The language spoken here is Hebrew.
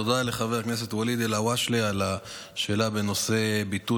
תודה לחבר הכנסת וליד אלהואשלה על השאלה בנושא ביטול